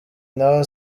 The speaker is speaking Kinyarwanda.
naho